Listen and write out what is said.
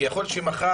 כי יכול להיות שמחר,